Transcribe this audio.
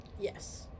yes